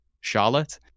Charlotte